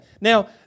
Now